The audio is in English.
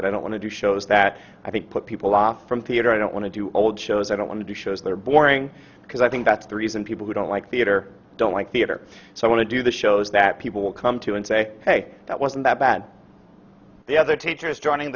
it i don't want to do shows that i think put people off from peter i don't want to do old shows i don't want to do shows that are boring because i think that's the reason people who don't like theater don't like theater so i want to do the shows that people will come to and say hey that wasn't that bad the other teachers joining